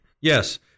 Yes